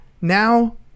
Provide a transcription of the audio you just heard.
Now